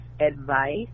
advice